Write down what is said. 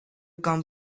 come